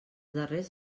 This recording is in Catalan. darrers